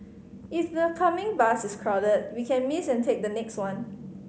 if the coming bus is crowded we can miss and take the next one